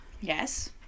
Yes